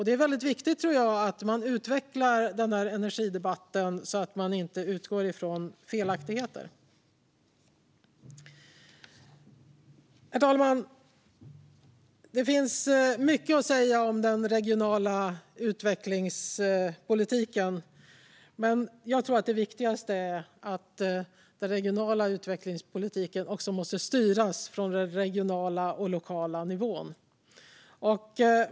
Det är väldigt viktigt att man utvecklar energidebatten så att man inte utgår från felaktigheter. Herr talman! Det finns mycket att säga om den regionala utvecklingspolitiken. Jag tror att det viktigaste är att den regionala utvecklingspolitiken måste styras från den regionala och lokala nivån.